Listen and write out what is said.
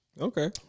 Okay